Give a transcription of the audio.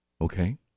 Okay